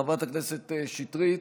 חברת הכנסת שטרית,